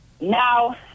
Now